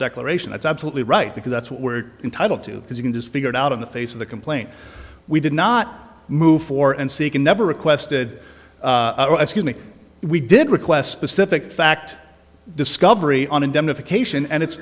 declaration that's absolutely right because that's what we're entitled to because you can just figure it out in the face of the complaint we did not move for and seek and never requested excuse me we did request specific fact discovery on indemnification and it's